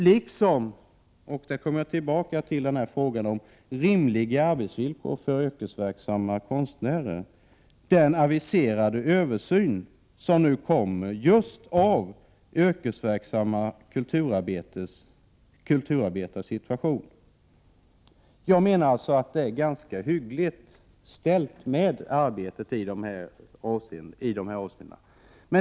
För att komma tillbaka till frågan om rimliga arbetsvillkor för yrkesverksamma konstnärer, kan jag också nämna den aviserade översynen av just yrkesverksamma kulturarbetares situation. Det är alltså ganska hyggligt ställt med arbetet i dessa avseenden.